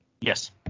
Yes